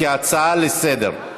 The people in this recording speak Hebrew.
על הצעה לסדר-היום.